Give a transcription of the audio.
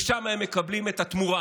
ושם הם מקבלים את התמורה,